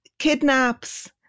Kidnaps